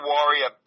Warrior